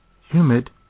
humid